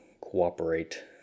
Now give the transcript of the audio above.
cooperate